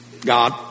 God